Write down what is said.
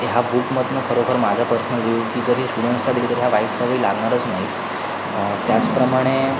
ह्या बुकमधून खरोखर माझा पर्सनल व्ह्यू की जरी पूर्णतः दिली तरी तर या वाईट सवयी लागणारच नाहीत त्याचप्रमाणे